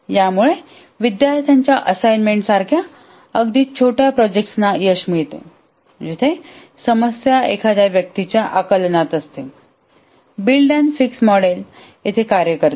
यामुळे विद्यार्थ्याच्या असाइनमेंटसारख्या अगदी छोट्या प्रोजेक्टांना यश मिळते जिथे समस्या एखाद्या व्यक्तीच्या आकलनात असते बिल्ड अँड फिक्स मॉडेल येथे कार्य करते